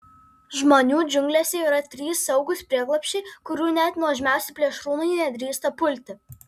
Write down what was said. žmonių džiunglėse yra trys saugūs prieglobsčiai kurių net nuožmiausi plėšrūnai nedrįsta pulti